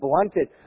blunted